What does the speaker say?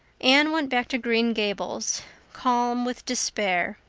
anne went back to green gables calm with despair.